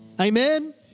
Amen